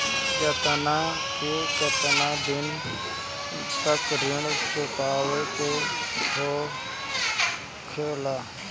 केतना से केतना दिन तक ऋण चुकावे के होखेला?